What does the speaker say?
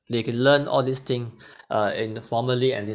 they can learn all these thing uh in a formally and this